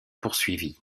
poursuivie